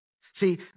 See